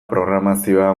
programazioa